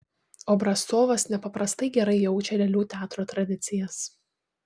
obrazcovas nepaprastai gerai jaučia lėlių teatro tradicijas